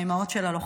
נאור.